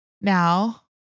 now